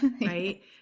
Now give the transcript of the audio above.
right